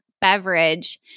beverage